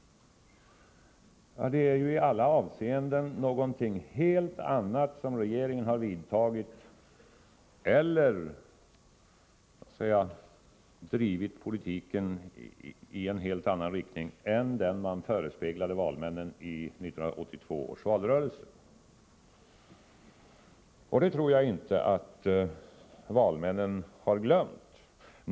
I alla dessa avseenden har ju regeringen drivit politiken i en helt annan riktning än den man förespeglade valmännen i 1982 års valrörelse. Det tror jag inte att valmännen har glömt.